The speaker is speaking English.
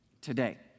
today